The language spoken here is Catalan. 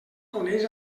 coneix